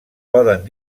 poden